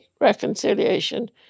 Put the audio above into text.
reconciliation